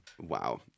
Wow